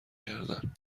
کردن